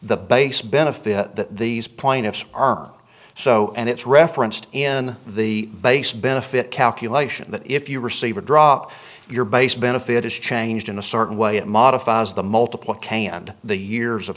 the base benefit that these plaintiffs are so and it's referenced in the base benefit calculation that if you receive or drop your base benefit is changed in a certain way it modifies the multiplication and the years of